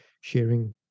sharing